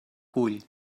cull